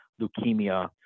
leukemia